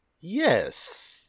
Yes